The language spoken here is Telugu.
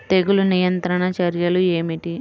తెగులు నియంత్రణ చర్యలు ఏమిటి?